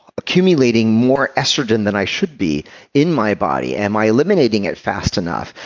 accumulating more estrogen than i should be in my body? am i eliminating it fast enough?